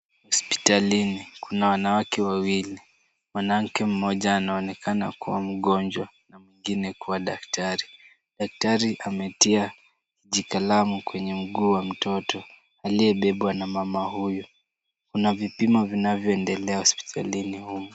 Hospitalini kuna wanawake wawili. Mwanamke mmoja anaonekana kuwa mgonjwa na mwingine kuwa daktari. Daktari ametia jikalamu kwenye mguu wa mtoto aliyebebwa na mama huyu. Kuna vipimo vinavyoendelea hospitalini humu.